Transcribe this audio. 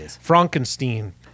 Frankenstein